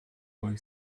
boy